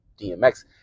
DMX